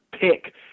pick